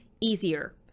easier